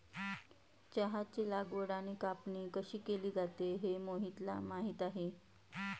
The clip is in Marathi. चहाची लागवड आणि कापणी कशी केली जाते हे मोहितला माहित आहे